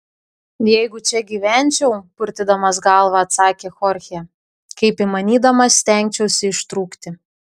jeigu čia gyvenčiau purtydamas galvą atsakė chorchė kaip įmanydamas stengčiausi ištrūkti